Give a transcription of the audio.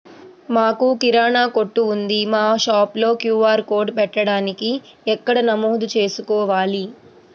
మాకు కిరాణా కొట్టు ఉంది మా షాప్లో క్యూ.ఆర్ కోడ్ పెట్టడానికి ఎక్కడ నమోదు చేసుకోవాలీ?